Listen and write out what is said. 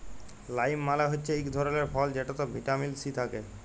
lime মালে হচ্যে ইক ধরলের ফল যেটতে ভিটামিল সি থ্যাকে